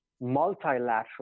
multilateral